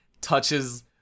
touches